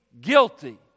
guilty